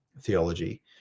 theology